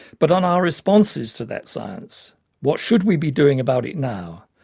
but on our responses to that science what should we be doing about it now,